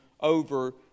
over